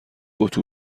اتو